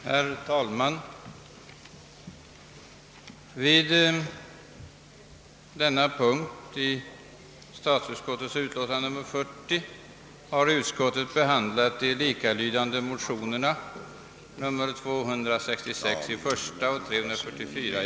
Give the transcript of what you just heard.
Herr talman! Vid denna punkt i statsutskottets utlåtande nr 40 har utskottet behandlat de likalydande motionerna I: 266 och II: 344.